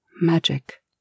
Magic